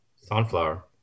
Sunflower